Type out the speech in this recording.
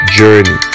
journey